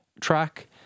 track